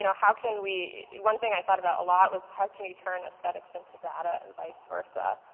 you know how can we. one thing i thought about a lot was how can you turn aesthetics into data and vice versa.